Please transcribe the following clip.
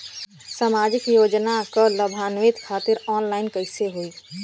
सामाजिक योजना क लाभान्वित खातिर ऑनलाइन कईसे होई?